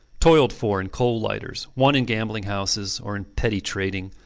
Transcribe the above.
toiled for in coal lighters, won in gambling-houses or in petty trading,